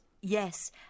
yes